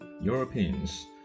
Europeans